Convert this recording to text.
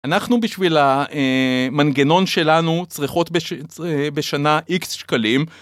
אנחנו בשביל, אה, א, המנגנון שלנו צריכות בשנה x שקלים.